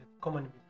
common